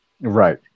Right